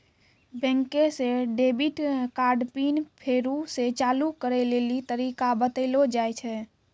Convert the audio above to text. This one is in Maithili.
बैंके से डेबिट कार्ड पिन फेरु से चालू करै लेली तरीका बतैलो जाय छै